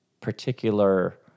particular